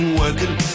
working